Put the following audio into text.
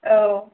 औ